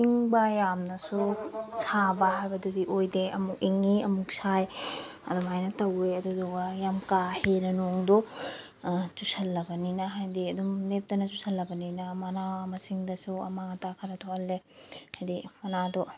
ꯏꯪꯕ ꯌꯥꯝꯅꯁꯨ ꯁꯥꯕ ꯍꯥꯏꯕꯗꯨꯗꯤ ꯑꯣꯏꯗꯦ ꯑꯃꯨꯛ ꯏꯪꯉꯤ ꯑꯃꯨꯛ ꯁꯥꯏ ꯑꯗꯨꯃꯥꯏꯅ ꯇꯧꯋꯦ ꯑꯗꯨꯗꯨꯒ ꯌꯥꯝ ꯀꯥꯍꯦꯟꯅ ꯅꯣꯡꯗꯣ ꯆꯨꯁꯜꯂꯕꯅꯤꯅ ꯍꯥꯏꯗꯤ ꯑꯗꯨꯝ ꯂꯦꯞꯇꯅ ꯆꯨꯁꯜꯂꯕꯅꯤꯅ ꯃꯅꯥ ꯃꯁꯤꯡꯗꯁꯨ ꯑꯃꯥꯡ ꯑꯇꯥ ꯈꯔ ꯊꯣꯛꯍꯜꯂꯦ ꯍꯥꯏꯗꯤ ꯃꯅꯥꯗꯣ